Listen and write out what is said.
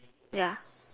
ya